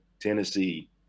Tennessee